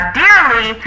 dearly